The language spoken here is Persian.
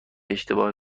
اشتباه